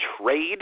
trade